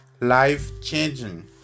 Life-changing